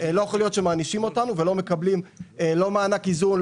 ואנחנו לא מקבלים מענקי איזון,